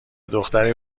دختری